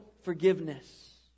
forgiveness